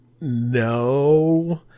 No